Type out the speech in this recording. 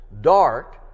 dark